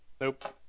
Nope